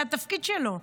זה התפקיד שלו.